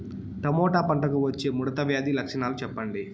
Tomato పంటకు వచ్చే ముడత వ్యాధి లక్షణాలు చెప్పండి?